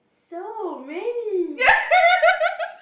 so many